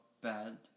bad